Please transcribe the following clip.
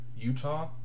Utah